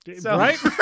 Right